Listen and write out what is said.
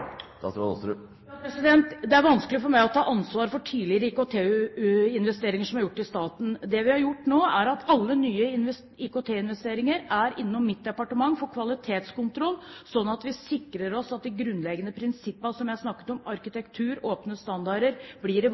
Det er vanskelig for meg å ta ansvar for tidligere IKT-investeringer i staten. Det vi har gjort nå, er at alle nye IKT-investeringer er innom mitt departement for kvalitetskontroll, sånn at vi sikrer oss at de grunnleggende prinsippene som jeg snakket om – arkitektur, åpne standarder – blir